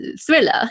thriller